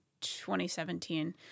2017